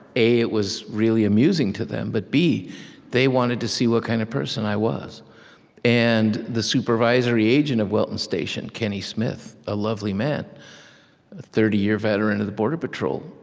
a it was really amusing to them, but b they wanted to see what kind of person i was and the supervisory agent of welton station, kenny smith, a lovely man, a thirty year veteran of the border patrol,